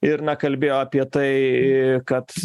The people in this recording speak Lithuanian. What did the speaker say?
ir na kalbėjo apie tai kad